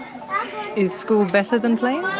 is school better than playing? yeah,